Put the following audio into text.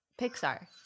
Pixar